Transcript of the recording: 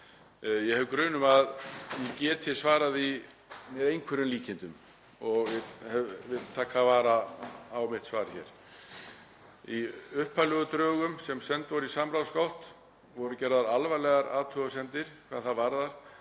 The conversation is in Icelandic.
ég hef grun um að ég geti svarað því með einhverjum líkindum og vil taka vara á mitt svar hér. Í upphaflegu drögum sem send voru í samráðsgátt voru gerðar alvarlegar athugasemdir um að